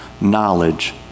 knowledge